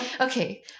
okay